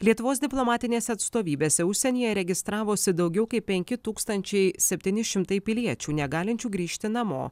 lietuvos diplomatinėse atstovybėse užsienyje registravosi daugiau kaip penki tūkstančiai septyni šimtai piliečių negalinčių grįžti namo